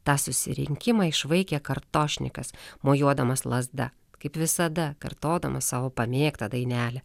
tą susirinkimą išvaikė kartošnikas mojuodamas lazda kaip visada kartodamas savo pamėgtą dainelę